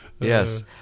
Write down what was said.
Yes